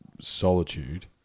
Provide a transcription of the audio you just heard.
solitude